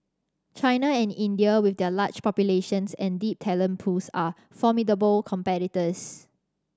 China and India with their large populations and deep talent pools are formidable competitors